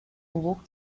awoke